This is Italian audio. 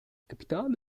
capitale